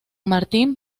martín